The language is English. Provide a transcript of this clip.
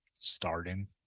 starting